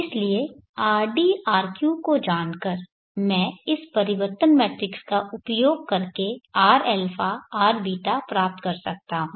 इसलिए rd rq को जानकर मैं इस परिवर्तन मैट्रिक्स का उपयोग करके rα rβ प्राप्त कर सकता हूं